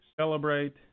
celebrate